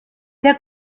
der